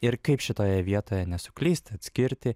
ir kaip šitoje vietoje nesuklysti atskirti